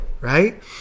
right